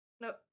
Nope